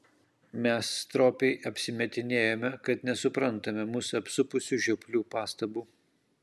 mes stropiai apsimetinėjome kad nesuprantame mus apsupusių žioplių pastabų